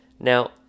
Now